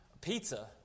pizza